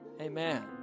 Amen